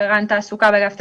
רפרנט תעסוקה באגף תעסוקה,